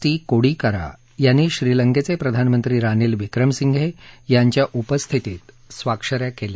T Kodikara यांनी श्रीलंकेचे प्रधानमंत्री रानील विक्रमसिंघे यांच्या उपस्थितीत स्वाक्ष या केल्या